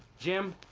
jim.